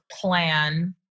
plan